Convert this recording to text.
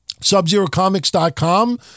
SubZeroComics.com